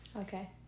Okay